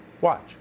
Watch